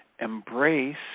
embrace